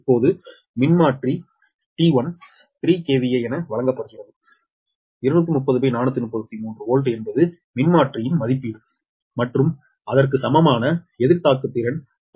இப்போது மின்மாற்றி T1 3 KVA என வழங்கப்படுகிறது 230433 வோல்ட் என்பது மின்மாற்றியின் மதிப்பீடு மற்றும் அதற்கு சமமான எதிர்தாக்குத்திறன் 0